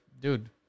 Dude